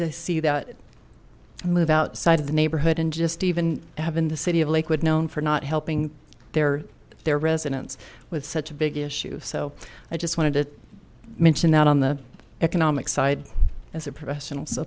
to see that move outside of the neighborhood and just even have in the city of lakewood known for not helping their their residents with such a big issue so i just wanted to mention that on the economic side as a professional so